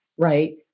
right